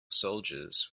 soldiers